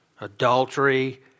Adultery